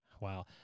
Wow